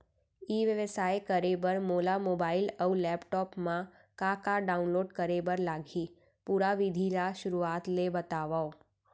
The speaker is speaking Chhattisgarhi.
ई व्यवसाय करे बर मोला मोबाइल अऊ लैपटॉप मा का का डाऊनलोड करे बर लागही, पुरा विधि ला शुरुआत ले बतावव?